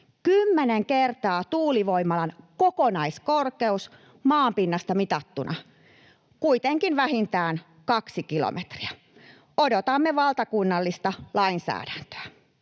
10 kertaa tuulivoimalan kokonaiskorkeus maanpinnasta mitattuna, kuitenkin vähintään kaksi kilometriä. Odotamme valtakunnallista lainsäädäntöä.